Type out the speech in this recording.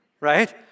Right